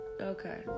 okay